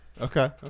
Okay